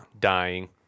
dying